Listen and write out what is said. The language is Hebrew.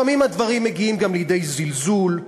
לפעמים הדברים מגיעים גם לידי זלזול,